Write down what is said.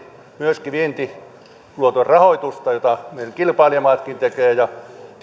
myöskin vientiluoton rahoitusta jota meidän kilpailijamaatkin tekevät tiedustelenkin hallitukselta